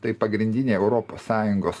tai pagrindinė europos sąjungos